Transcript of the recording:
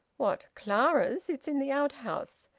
what? clara's? it's in the outhouse.